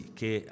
che